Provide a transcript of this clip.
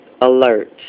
alert